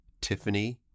Tiffany